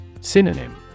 Synonym